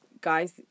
Guys